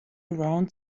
around